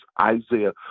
Isaiah